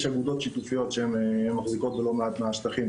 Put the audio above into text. יש אגודות שיתופיות שמחזיקות בלא מעט מהשטחים